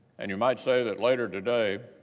and you might say that later today,